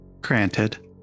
Granted